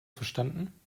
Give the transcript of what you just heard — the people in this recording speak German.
verstanden